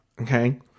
Okay